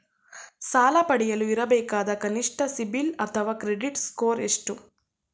ಸಾಲ ಪಡೆಯಲು ಇರಬೇಕಾದ ಕನಿಷ್ಠ ಸಿಬಿಲ್ ಅಥವಾ ಕ್ರೆಡಿಟ್ ಸ್ಕೋರ್ ಎಷ್ಟು?